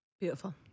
Beautiful